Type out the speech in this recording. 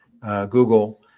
Google